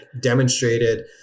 demonstrated